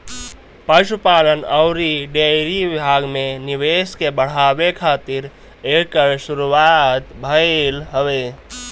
पशुपालन अउरी डेयरी विभाग में निवेश के बढ़ावे खातिर एकर शुरुआत भइल हवे